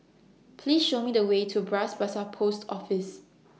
Please Show Me The Way to Bras Basah Post Office